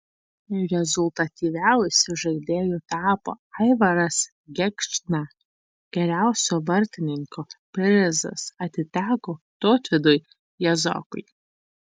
rezultatyviausiu žaidėju tapo aivaras gėgžna geriausio vartininko prizas atiteko tautvydui jazokui